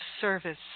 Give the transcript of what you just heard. service